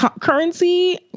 currency